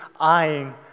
eyeing